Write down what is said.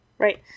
Right